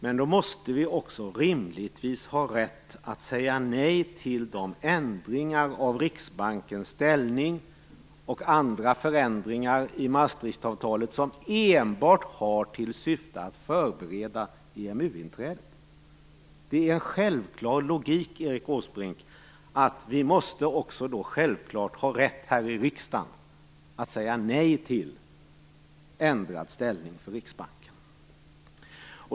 Men då måste vi också rimligtvis ha rätt att säga nej till de ändringar av Riksbankens ställning och andra förändringar i Maastrichtavtalet som enbart har till syfte att förbereda EMU-inträdet. Det är en självklar logik, Erik Åsbrink, att vi då också måste ha rätt att här i riksdagen säga nej till ändrad ställning för Riksbanken.